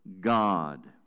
God